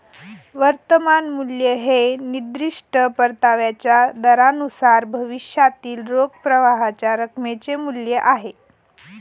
वर्तमान मूल्य हे निर्दिष्ट परताव्याच्या दरानुसार भविष्यातील रोख प्रवाहाच्या रकमेचे मूल्य आहे